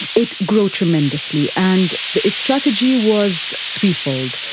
it grew tremendously, and its strategy was threefold.